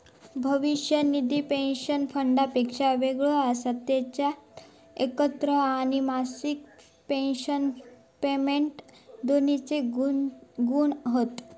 भविष्य निधी पेंशन फंडापेक्षा वेगळो असता जेच्यात एकत्र आणि मासिक पेंशन पेमेंट दोन्हिंचे गुण हत